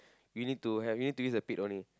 you need to have you need to use the pit only